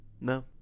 No